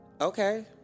okay